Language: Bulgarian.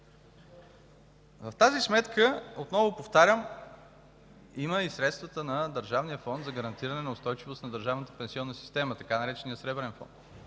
В тази сметка, отново повтарям, са и средствата на Държавния фонд за гарантиране на устойчивост на държавната пенсионна система, така нареченият „Сребърен фонд”.